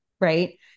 right